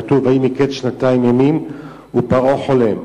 כתוב: ויהי מקץ שנתיים ימים ופרעה חולם.